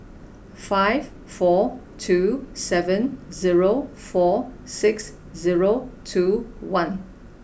five four two seven zero four six zero two one